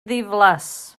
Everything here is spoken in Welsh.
ddiflas